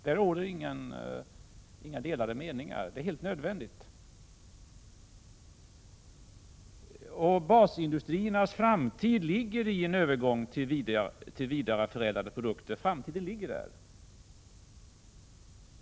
Det råder inga delade meningar om att detta är helt nödvändigt — framtiden ligger där.